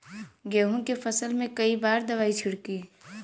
गेहूँ के फसल मे कई बार दवाई छिड़की?